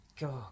God